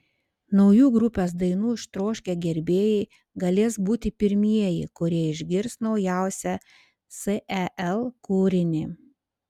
naujų grupės dainų ištroškę gerbėjai galės būti pirmieji kurie išgirs naujausią sel kūrinį